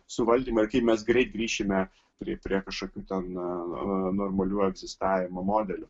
suvaldymą ir kaip mes greit grįšime prie prie kažkokių ten normalių egzistavimo modelių